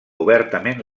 obertament